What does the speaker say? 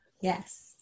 Yes